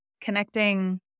connecting